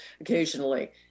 occasionally